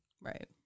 Right